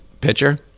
pitcher